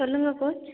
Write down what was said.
சொல்லுங்கள் கோச்